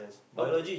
nope